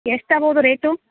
ಎಷ್ಟಾಗ್ಬೋದು ರೇಟು